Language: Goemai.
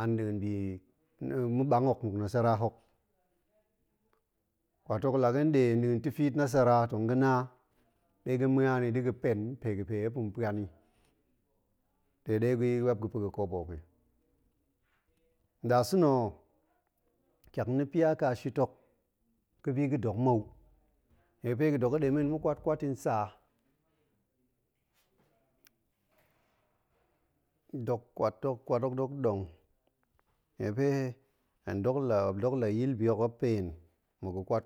an nɗin bi ma̱ ɓang hok, nmuk nasara hok. kwat hok la ga̱n ɗe nɗin tifiit nasara hok tong ga̱ na ɗe ga̱ ma̱an ni da̱ ga̱ pen npe ga̱ ɗe muop tong pa̱an i de ɗe, muop ga̱ pa̱ ga̱ kobo hok i. nnasa̱na̱ ho, ƙiak na̱ pia ƙa shit hok ga̱bi ga̱ dok mou, nie ga̱ fe ga̱ dok d'e men tong ma̱ kwat-kwat i nsaa, dok kwat hok, kwat hok dok ɗong nie fe hen dok la, muop dok la yil bi hok muop pen, ma̱ ga̱ kwat,